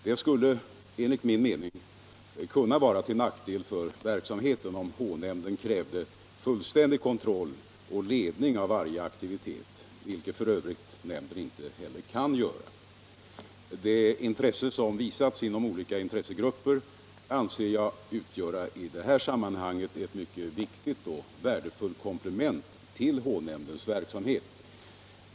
Det skulle enligt min mening kunna vara till nackdel för verksamheten, om H-nämnden krävde fullständig kontroll och ledning av varje aktivitet, vilket f. ö. nämnden inte heller kan göra. Det intresse som visats inom olika intressegrupper anser jag i det här sammanhanget utgöra ett mycket viktigt och värdefullt komplement till H-nämndens verksamhet.